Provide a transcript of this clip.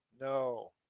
no